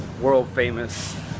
world-famous